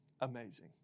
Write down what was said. amazing